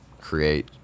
create